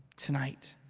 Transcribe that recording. tonight